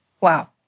Wow